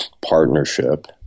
partnership